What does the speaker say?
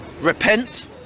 Repent